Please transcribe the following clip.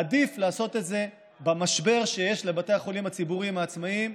עדיף לעשות את זה במשבר שיש לבתי החולים הציבוריים העצמאיים,